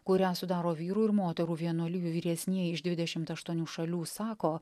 kurią sudaro vyrų ir moterų vienuolijų vyresnieji iš dvidešimt aštuonių šalių sako